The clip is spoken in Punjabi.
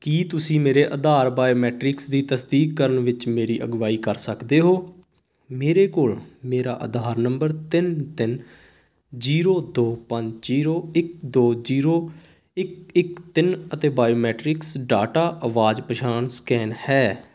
ਕੀ ਤੁਸੀਂ ਮੇਰੇ ਆਧਾਰ ਬਾਇਓਮੈਟਰਿਕਸ ਦੀ ਤਸਦੀਕ ਕਰਨ ਵਿੱਚ ਮੇਰੀ ਅਗਵਾਈ ਕਰ ਸਕਦੇ ਹੋ ਮੇਰੇ ਕੋਲ ਮੇਰਾ ਆਧਾਰ ਨੰਬਰ ਤਿੰਨ ਤਿੰਨ ਜ਼ੀਰੋ ਦੋ ਪੰਜ ਜ਼ੀਰੋ ਇੱਕ ਦੋ ਜ਼ੀਰੋ ਇੱਕ ਇੱਕ ਤਿੰਨ ਅਤੇ ਬਾਇਓਮੀਟ੍ਰਿਕਸ ਡਾਟਾ ਆਵਾਜ਼ ਪਛਾਣ ਸਕੈਨ ਹੈ